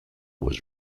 was